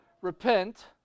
repent